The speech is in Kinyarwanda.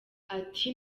ati